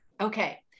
Okay